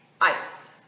ice